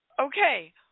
Okay